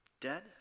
dead